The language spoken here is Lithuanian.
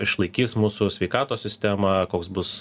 išlaikys mūsų sveikatos sistema koks bus